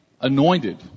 anointed